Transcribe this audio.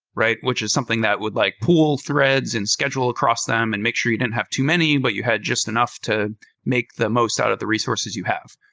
which is something that would like pool threads and schedule across them and make sure you didn't have too many, but you had just enough to make the most out of the resources you have.